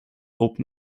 open